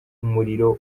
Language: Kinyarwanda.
umuriro